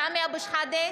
סמי אבו שחאדה,